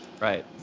right